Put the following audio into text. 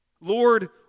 Lord